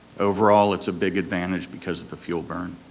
overall it's a big advantage because of the fuel burn.